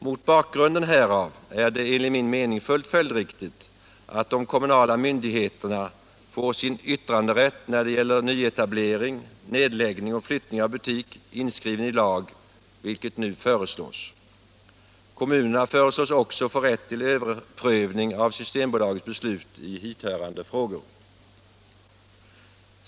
Mot bakgrunden härav är det enligt min mening fullt följdriktigt att de kommunala myndigheterna får sin yttranderätt när det gäller nyetablering, nedläggning och flyttning av butik inskriven i lag, vilket nu föreslås. Kommunerna föreslås också få rätt till överprövning av Systembolagets beslut i hithörande frågor.